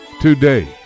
today